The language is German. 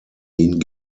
ihn